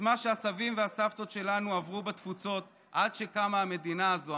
את מה שהסבים והסבתות שלנו עברו בתפוצות עד שקמה המדינה הזו,